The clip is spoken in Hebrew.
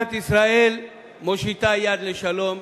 מדינת ישראל מושיטה יד לשלום.